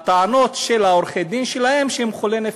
הטענות של עורכי-הדין שלהם הן שהם חולי נפש.